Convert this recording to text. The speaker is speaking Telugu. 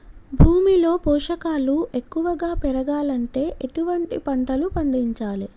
భూమిలో పోషకాలు ఎక్కువగా పెరగాలంటే ఎటువంటి పంటలు పండించాలే?